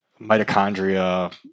mitochondria